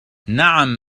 نعم